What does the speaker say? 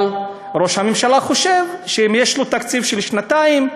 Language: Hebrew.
ראש הממשלה חושב שאם יש לו תקציב של שנתיים,